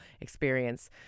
experience